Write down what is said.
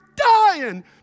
Dying